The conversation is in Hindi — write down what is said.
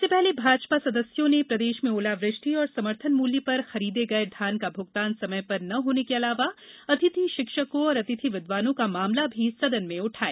इससे पहले भाजपा सदस्यों ने प्रदेश में ओला वृष्टि और समर्थन मूल्य पर खरीदे गये धान का भुगतान समय पर ना होने के अलावा अतिथि शिक्षकों और अतिथि विद्वानों का मामला भी सदन में उठाया